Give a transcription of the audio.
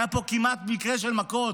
היה פה כמעט מקרה של מכות,